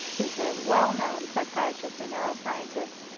who's a well known psychiatrist and neuro scientist.